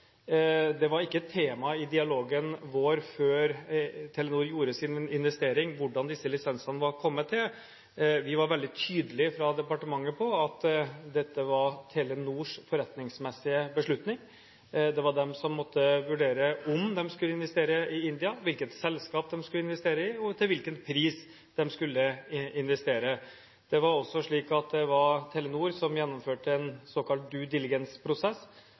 var kommet til, var ikke et tema i dialogen vår før Telenor gjorde sin investering. Vi var veldig tydelig på – fra departementets side – at dette var Telenors forretningsmessige beslutning. Det var de som måtte vurdere om de skulle investere i India, hvilket selskap de skulle investere i, og til hvilken pris de skulle investere. Det var også slik at det var Telenor som gjennomførte en